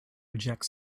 reject